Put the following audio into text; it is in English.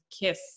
kiss